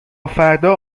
فردا